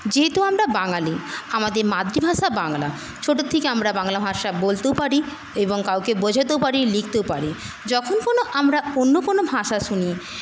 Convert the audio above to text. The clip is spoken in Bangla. যেহেতু আমরা বাঙালি আমাদের মাতৃভাষা বাংলা ছোটো থেকে আমরা বাংলা ভাষা বলতেও পারি এবং কাউকে বোঝাতেও পারি লিখতেও পারি যখন কোনো আমরা অন্য কোনো ভাষা শুনি